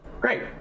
Great